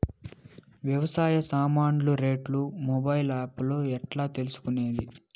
వ్యవసాయ సామాన్లు రేట్లు మొబైల్ ఆప్ లో ఎట్లా తెలుసుకునేది?